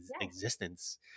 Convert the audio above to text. existence